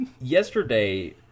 Yesterday